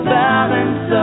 balance